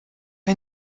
you